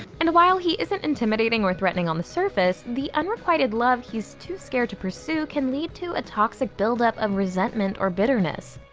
and while he isn't intimidating or threatening on the surface, the unrequited love he's too scared to pursue can lead to a toxic build up of resentment or bitterness.